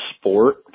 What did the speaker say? sport